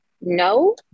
no